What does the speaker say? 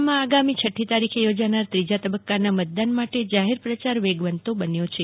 આસામમાં આગામી છઠ્ઠી તારીખે યોજનાર ત્રીજા તબક્કાનાં મતદાન માટે જાહેર પ્રયાર વેગવંતો બન્યો છે